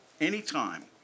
anytime